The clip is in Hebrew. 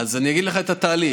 אני אגיד לך את התהליך.